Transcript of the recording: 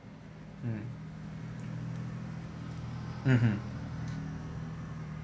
mm mmhmm